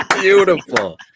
beautiful